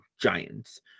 giants